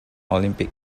olympic